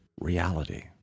reality